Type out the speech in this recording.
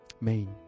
main